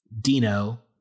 Dino